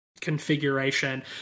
configuration